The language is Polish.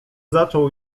zaczął